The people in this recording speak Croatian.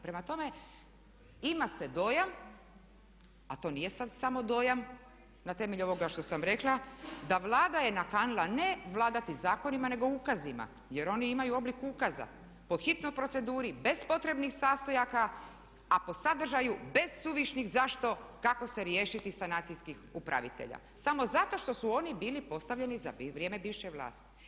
Prema tome, ima se dojam a to nije sad samo dojam na temelju ovoga što sam rekla, da Vlada je nakanila ne vladati zakonima nego ukazima jer oni imaju oblik ukaza. po hitnoj proceduri bez potrebnih sastojaka, a po sadržaju bez suvišnih zašto kako se riješiti sanacijskih upravitelja samo zato što su oni bili postavljeni za vrijeme bivše vlasti.